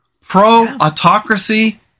pro-autocracy